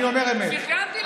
פרגנתי לזה.